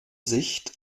sicht